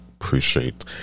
appreciate